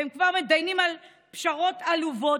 והם כבר מידיינים על פשרות עלובות.